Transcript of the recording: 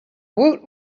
woot